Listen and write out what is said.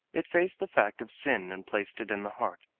it faced the fact of sin and placed it in the heart.